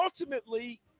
ultimately